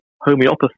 homeopathy